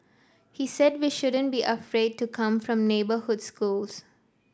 he said we shouldn't be afraid to come from neighbourhood schools